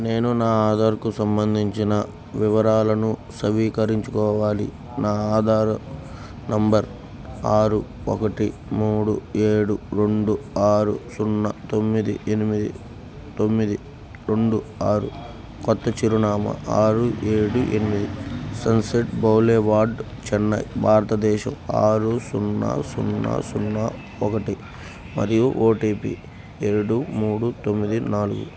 నేను నా ఆధార్కు సంబంధించిన వివరాలను సవీకరించుకోవాలి నా ఆధారు నంబర్ ఆరు ఒకటి మూడు ఏడు రెండు ఆరు సున్నా తొమ్మిది ఎనిమిది తొమ్మిది రెండు ఆరు కొత్త చిరునామా ఆరు ఏడు ఎనిమిది సన్సెట్ బౌలేవార్డ్ చెన్నై భారతదేశం ఆరు సున్నా సున్నా సున్నా ఒకటి మరియు ఓటీపీ ఏడు మూడు తొమ్మిది నాలుగు